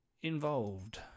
involved